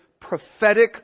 prophetic